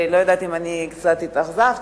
לא יודעת אם קצת התאכזבתי,